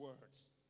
words